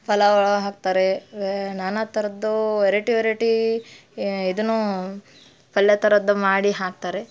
ಪಲಾವ್ ಒಳಗೆ ಹಾಕ್ತಾರೆ ವೇ ನಾನಾ ಥರದ್ದು ವೆರೈಟಿ ವೆರೈಟೀ ಇದು ಪಲ್ಯ ಥರದ್ದು ಮಾಡಿ ಹಾಕ್ತಾರೆ